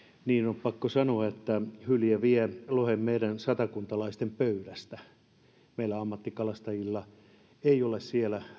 on pakko sanoa että hylje vie lohen meidän satakuntalaisten pöydästä ammattikalastajilla rannikkokalastajilla ei ole siellä